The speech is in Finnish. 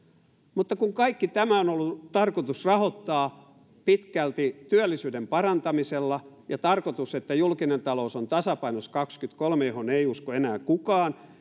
mutta kun kaikki tämä on ollut tarkoitus rahoittaa pitkälti työllisyyden parantamisella ja tarkoitus että julkinen talous on tasapainossa kaksikymmentäkolme mihin ei usko enää kukaan